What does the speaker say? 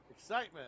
Excitement